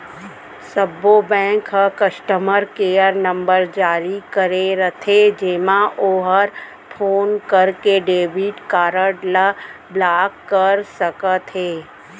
सब्बो बेंक ह customer care number जारी करे रथे जेमा ओहर फोन करके डेबिट कारड ल ब्लाक कर सकत हे